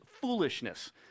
foolishness